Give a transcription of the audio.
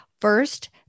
First